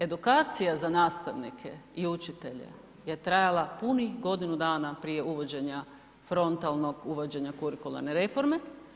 Edukacija za nastavnike i učitelje je trajala punih godinu dana prije uvođenja frontalnog uvođenja kurikularne reforme.